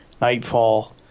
nightfall